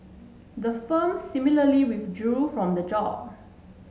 the firm similarly withdrew from the job